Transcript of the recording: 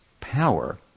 power